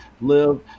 live